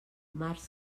març